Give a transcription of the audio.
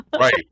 Right